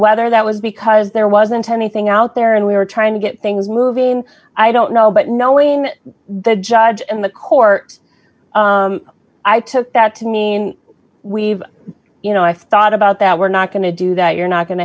whether that was because there wasn't anything out there and we were trying to get things moving i don't know but knowing that the judge and the court i took that to mean we've you know i thought about that we're not going to do that you're not going to